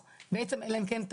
אלא אם כן,